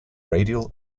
radial